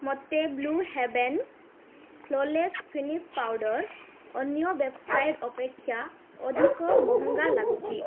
ମୋତେ blue heaven flawless finish powder ଅନ୍ୟ website ଅପେକ୍ଷା ଅଧିକ ମହଙ୍ଗା ଲାଗୁଛି